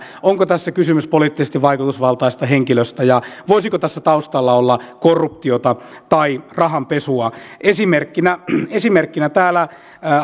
onko tässä kysymys poliittisesti vaikutusvaltaisesta henkilöstä ja voisiko tässä taustalla olla korruptiota tai rahanpesua esimerkkinä esimerkkinä täällä